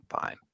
fine